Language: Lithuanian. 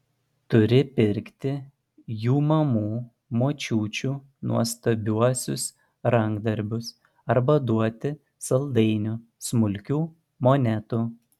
turi pirkti jų mamų močiučių nuostabiuosius rankdarbius arba duoti saldainių smulkių monetų